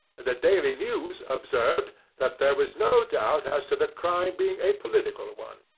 the daily news observed that there was no doubt as to the crime being a political one.